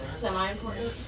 semi-important